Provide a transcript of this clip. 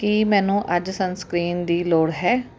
ਕੀ ਮੈਨੂੰ ਅੱਜ ਸਨਸਕ੍ਰੀਨ ਦੀ ਲੋੜ ਹੈ